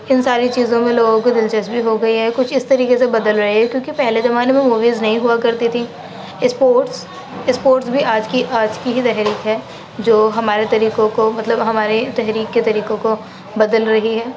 ان ساری چیزوں میں لوگوں کو دلچسپی ہو گئی ہے کچھ اس طریقے سے بدل رہی ہے کہ پہلے زمانے میں موویز نہیں ہوا کرتی تھی اسپورٹس اسپورٹس بھی آج کی آج کی ہی تحریک ہے جو ہمارے طریقوں کو مطلب ہمارے تحریک کے طریقوں کو بدل رہی ہے